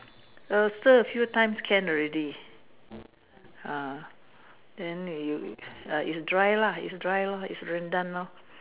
err stir a few times can already ah then you uh it's dry lah it's dry lor it's Rendang lor